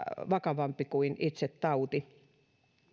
vakavampi kuin itse tauti